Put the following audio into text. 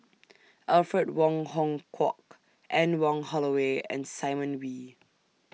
Alfred Wong Hong Kwok Anne Wong Holloway and Simon Wee